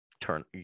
Turn